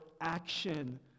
action